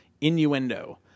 innuendo